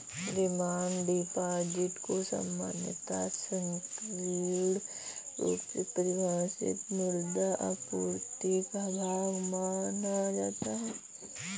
demand deposit को सामान्यतः संकीर्ण रुप से परिभाषित मुद्रा आपूर्ति का भाग माना जाता है